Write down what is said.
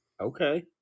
Okay